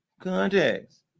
context